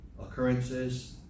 occurrences